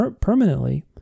permanently